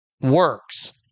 works